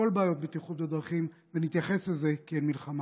כל בעיות הבטיחות בדרכים, ונתייחס לזה כאל מלחמה.